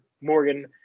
Morgan